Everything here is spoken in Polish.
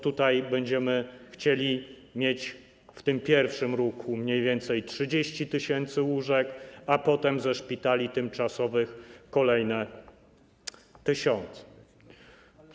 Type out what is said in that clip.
Tutaj będziemy chcieli mieć w tym pierwszym ruchu mniej więcej 30 tys. łóżek, a potem ze szpitali tymczasowych - kolejne tysiące.